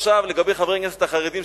עכשיו לגבי חברי הכנסת החרדים,